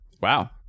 wow